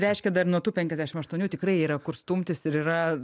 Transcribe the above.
reiškia dar nuo tų penkiasdešim aštuonių tikrai yra kur stumtis ir yra